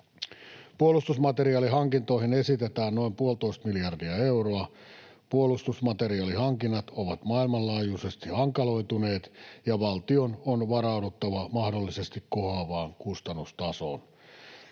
Puolustusmateriaalihankintoihin esitetään noin puolitoista miljardia euroa. Puolustusmateriaalihankinnat ovat maailmanlaajuisesti hankaloituneet, ja valtion on varauduttava mahdollisesti kohoavaan kustannustasoon.